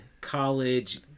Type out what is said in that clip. college